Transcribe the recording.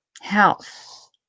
health